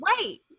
Wait